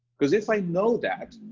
because if i know that,